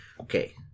Okay